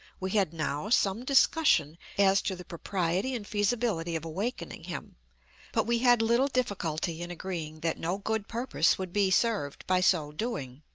we had now some discussion as to the propriety and feasibility of awakening him but we had little difficulty in agreeing that no good purpose would be served by so doing.